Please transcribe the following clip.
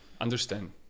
understand